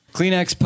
Kleenex